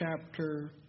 chapter